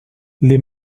les